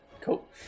Cool